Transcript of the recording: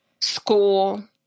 School